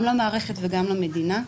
גם למערכת וגם למדינה,